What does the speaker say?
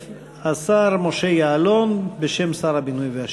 השר משה יעלון בשם שר הבינוי והשיכון.